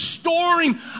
storing